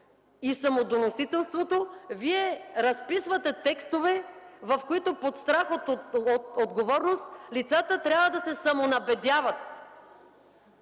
и самодоносителството. Вие разписвате текстове, в които под страх от отговорност лицата трябва да се самонабедяват.